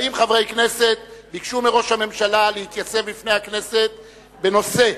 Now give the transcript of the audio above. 40 חברי כנסת ביקשו מראש הממשלה להתייצב בפני הכנסת בנושא,